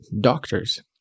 doctors